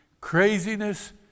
craziness